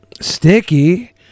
Sticky